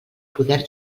poder